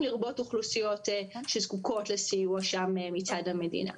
לרבות אוכלוסיות שזקוקות לסיוע שם מצד המדינה.